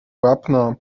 wapna